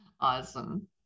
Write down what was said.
Awesome